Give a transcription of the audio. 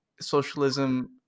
socialism